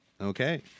Okay